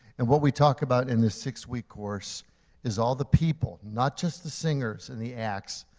and what we talk about in this six-week course is all the people, not just the singers and the acts,